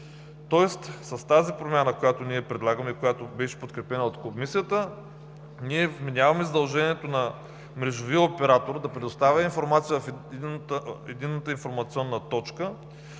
Тоест, с промяната, която ние предлагаме и която беше подкрепена от Комисията, вменяваме задължението на мрежовия оператор да предоставя информация в Единната информационна точка,